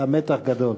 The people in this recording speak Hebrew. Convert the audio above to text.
היה מתח גדול,